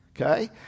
okay